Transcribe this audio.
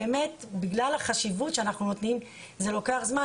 בגלל החשיבות שאנחנו נותנים זה לוקח זמן.